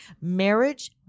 Marriage